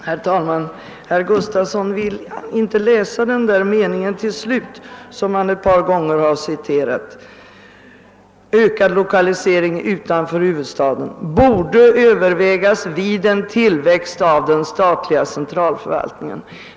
Herr talman! Herr Gustafson i Göteborg läste inte slutet på den mening, som han ett par gånger citerade. Den slutar med orden »ökad lokalisering utanför huvudstadsregionen borde över vägas vid en tillväxt av den statliga centralförvaltningen».